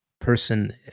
person